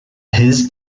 his